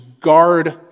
guard